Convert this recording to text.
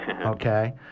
Okay